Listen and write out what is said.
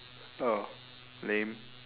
oh lame